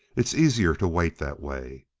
it's easier to wait that way.